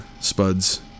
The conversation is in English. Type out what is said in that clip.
spuds